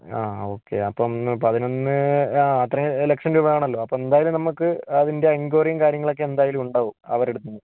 ആ ഓക്കെ അപ്പം പതിനൊന്ന് ആ അത്രയും ലക്ഷം രൂപ ആണല്ലോ അപ്പം എന്തായാലും നമുക്ക് അതിൻ്റെ എൻക്വയറിയും കാര്യങ്ങളുമൊക്കെ എന്തായാലും ഉണ്ടാവും അവരുടടുത്ത് നിന്ന്